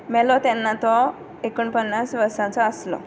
मेलो तेन्ना तो एकूण पन्नास वर्सांचो आसलो